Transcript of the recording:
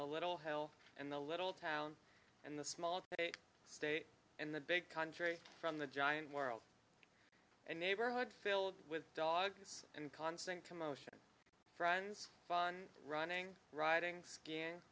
the little hill and the little town and the small state and the big country from the giant world a neighborhood filled with dogs and constant commotion friends fun running riding skiing